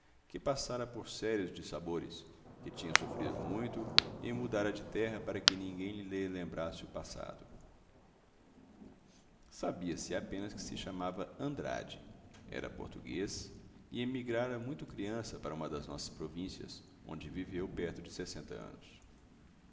que passara por sérios dissabores que tinha sofrido muito e mudara de terra para que ninguém lhe lembrasse o passado sabia-se apenas que se chamava andrade era português e emigrara muito criança para uma das nossas províncias onde viveu perto de sessenta anos